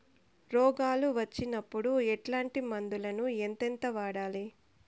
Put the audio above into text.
రోగాలు వచ్చినప్పుడు ఎట్లాంటి మందులను ఎంతెంత వాడాలి?